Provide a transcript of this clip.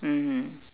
mm